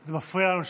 זה מפריע שם.